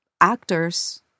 actors